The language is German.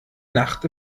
nacht